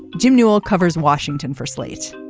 jim newell covers washington for slate